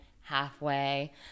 halfway